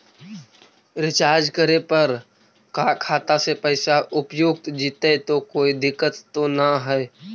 Recharge करे पर का खाता से पैसा उपयुक्त जितै तो कोई दिक्कत तो ना है?